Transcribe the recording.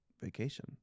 vacation